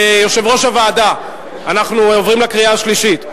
יושב-ראש הוועדה, אנחנו עוברים לקריאה שלישית.